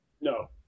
No